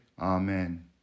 Amen